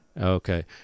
okay